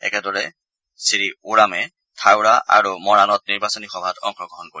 একেদৰে শ্ৰীওৰামে থাওৰা আৰু মৰাণত নিৰ্বাচনী সভাত অংশগ্ৰহণ কৰিব